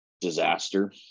disaster